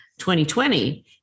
2020